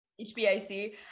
HBIC